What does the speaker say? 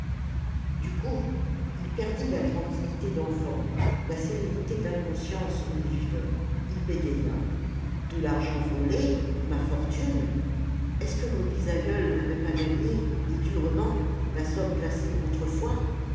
du coup il perdit la tranquillité d'enfant la sérénité d'inconscience où il vivait il bégaya de l'argent volé ma fortune est-ce que mon bisaïeul n'avait pas gagné et durement la somme placée autrefois